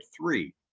three